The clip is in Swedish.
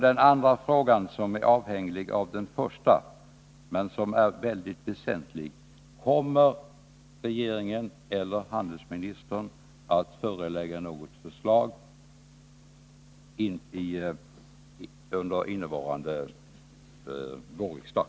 Den andra frågan är avhängig av den första men är mycket väsentlig: Kommer regeringen eller handelsministern att framlägga något förslag under innevarande vårriksdag?